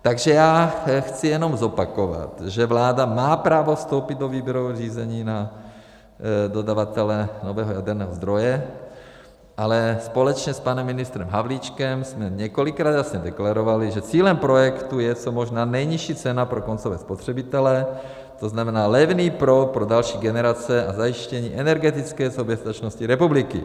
Takže já chci jenom zopakovat, že vláda má právo vstoupit do výběrového řízení na dodavatele nového jaderného zdroje, ale společně s panem ministrem Havlíčkem jsme několikrát jasně deklarovali, že cílem projektu je co možná nejnižší cena pro koncové spotřebitele, tzn. levný proud pro další generace a zajištění energetické soběstačnosti republiky.